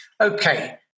Okay